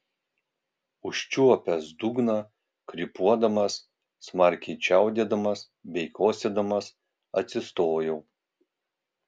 užčiuopęs dugną krypuodamas smarkiai čiaudėdamas bei kosėdamas atsistojau